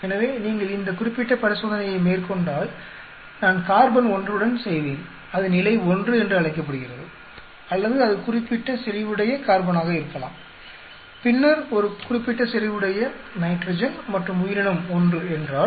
எனவே நீங்கள் இந்த குறிப்பிட்ட பரிசோதனையை மேற்கொண்டால் நான் கார்பன் 1 உடன் செய்வேன் அது நிலை ஒன்று என்று அழைக்கப்படுகிறது அல்லது அது குறிப்பிட்ட செறிவுடைய கார்பனாக இருக்கலாம் பின்னர் ஒரு குறிப்பிட்ட செறிவுடைய நைட்ரஜன் மற்றும் உயிரினம் 1 என்றால்